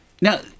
Now